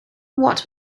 what